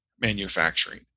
manufacturing